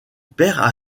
perd